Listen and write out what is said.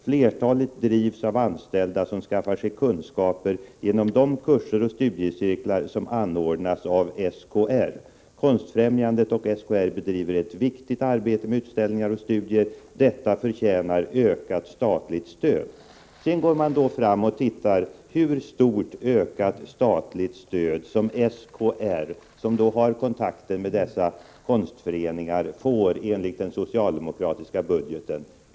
Flertalet drivs av anställda, som skaffar sig kunskaper genom de kurser och studiecirklar som anordnas av SKR. Konstfrämjandet och SKR bedriver ett viktigt arbete med utställningar och studier. Detta förtjänar ökat statligt stöd.” Sedan ser man längre fram i budgetpropositionen hur stort ökat statligt stöd SKR, som har kontakter med dessa konstföreningar, får enligt det socialdemokratiska förslaget.